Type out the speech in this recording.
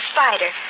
Spider